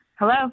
Hello